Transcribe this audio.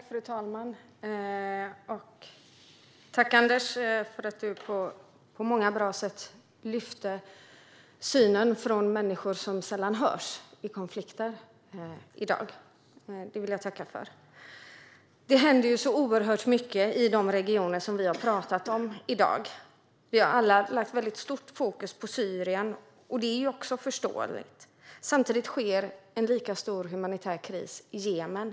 Fru talman! Tack, Anders, för att du på många bra sätt lyfte fram synen från människor som sällan hörs i konflikter i dag. Det vill jag tacka för. Det händer ju så oerhört mycket i de regioner som vi har talat om i dag. Vi har alla lagt starkt fokus på Syrien, vilket är förståeligt. Samtidigt råder en lika stor humanitär kris i Jemen.